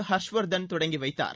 ஹர்ஷ்வர்தன் தொடங்கி வைத்தார்